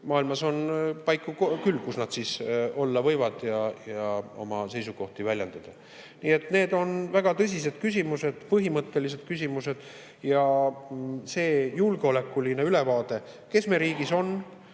maailmas on paiku küll, kus nad võivad olla ja oma seisukohti väljendada. Nii et need on väga tõsised küsimused, põhimõttelised küsimused ja see julgeolekuline ülevaade, kes agressorriigi